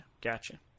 Gotcha